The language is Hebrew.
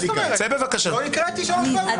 ואמרתי לך לצאת ולא לחזור.